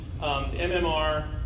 MMR